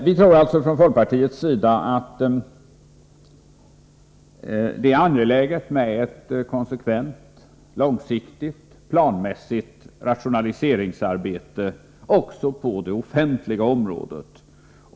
Vi tror alltså från folkpartiets sida att det är angeläget med ett konsekvent, långsiktigt och planmässigt rationaliseringsarbete också på det offentliga området.